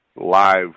live